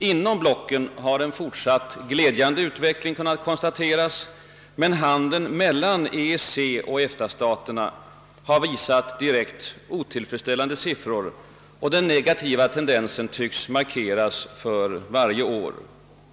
Inom blocken har en fortsatt glädjande utveckling kunnat konstateras, medan 'handeln mellan EEC och EFTA-staterna har visat direkt otillfredsställande siffror, och den negativa tendensen tycks markeras för varje år.